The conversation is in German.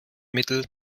mittel